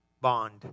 Bond